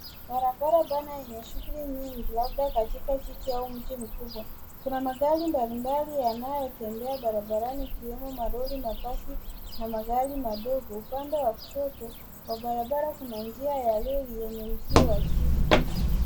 Barabara pana yenye shughuli nyingi labda katika jiji au mji mkubwa. Kuna magari mbalimbali yanayotembea barabarani ikiwemo malori, mabasi na magari madogo. Upande wa kushoto wa barabara kuna njia ya lori yenye uzio wa chuma.